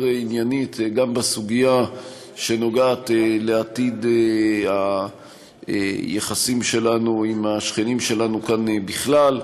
עניינית גם בסוגיה שנוגעת לעתיד היחסים שלנו עם השכנים שלנו כאן בכלל.